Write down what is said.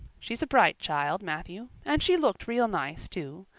she's a bright child, matthew. and she looked real nice too.